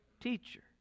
teacher